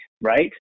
right